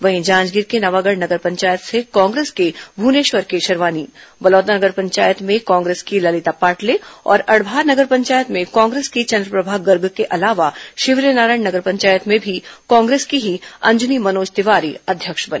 वहीं जांजगीर के नवागढ नगर पंचायत से कांग्रेस के भवनेश्वर केशरवानी बलौदा नगर पंचायत में कांग्रेस की ललिता पाटले और अड़भार नगर पंचायत में कांग्रेस की चेंद्रप्रभा गर्ग के अलावा शिवरीनारायण नगर पंचायत में भी कांग्रेस की ही अंजनी मनोज तिवारी अध्यक्ष बनी